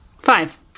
Five